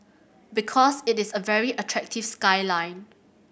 because it is a very attractive skyline